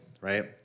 right